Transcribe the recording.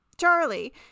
Charlie